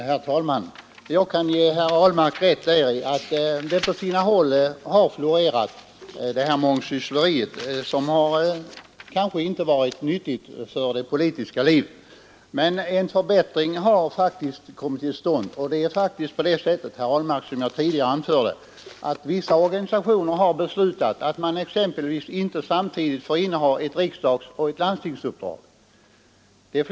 Herr talman! Jag kan ge herr Ahlmark rätt däri att det på sina håll har florerat ett mångsyssleri som kanske inte har varit nyttigt för det politiska livet. Men som jag tidigare anförde, herr Ahlmark, har flera organisationer beslutat att man exempelvis inte samtidigt får inneha ett riksdagsoch ett landstingsuppdrag.